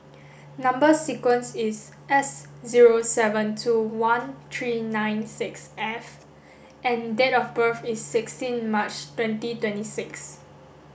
number sequence is S zero seven two one three nine six F and date of birth is sixteen March twenty twenty six